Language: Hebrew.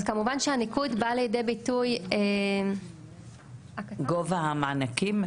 אז כמובן שהניקוד בא לידי ביטוי --- גובה המענקים,